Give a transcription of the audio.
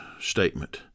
statement